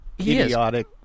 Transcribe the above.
idiotic